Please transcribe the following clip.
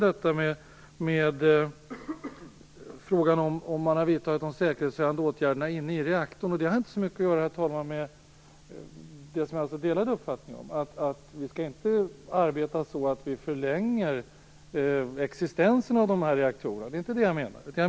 Den frågan var inte heller utslag av någon kurragömmalek, utan jag menar faktiskt allvar med den. Jag delar uppfattningen att vi inte skall arbeta så, att vi förlänger existensen av de här reaktorerna - det är inte det jag menar.